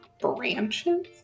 branches